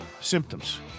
symptoms